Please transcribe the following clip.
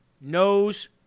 knows